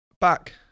back